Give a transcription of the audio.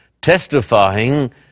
testifying